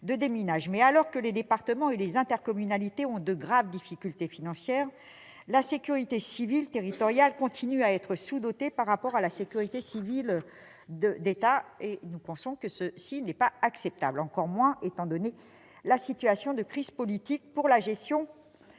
Mais alors que les départements et les intercommunalités connaissent de graves difficultés financières, la sécurité civile territoriale continue à être sous-dotée par rapport à la sécurité civile de l'État. Cela n'est pas acceptable, à plus forte raison compte tenu de la situation de crise politique pour la gestion